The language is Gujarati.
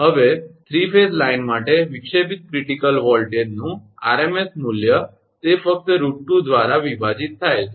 હવે 3 ફેઝ લાઇન માટે વિક્ષેપિત ક્રિટીકલ વોલ્ટેજનું આરએમએસ મૂલ્ય તે ફક્ત √2 દ્વારા વિભાજિત થાય છે